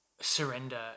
surrender